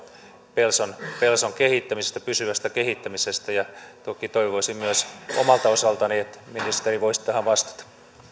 pelson pelson pysyvästä kehittämisestä ja toki toivoisin myös omalta osaltani että ministeri voisi tähän vastata